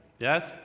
Yes